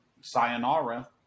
sayonara